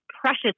precious